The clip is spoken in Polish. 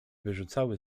wyrzucały